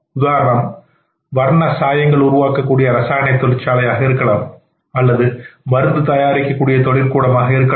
உதாரணம் வர்ண சாயங்கள் உருவாக்கக்கூடிய ரசாயன தொழிற்சாலை ஆக இருக்கலாம் அல்லது மருந்து தயாரிக்க கூடிய தொழிற்கூடம் ஆக இருக்கலாம்